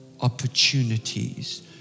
opportunities